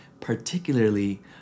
particularly